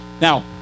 Now